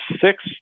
six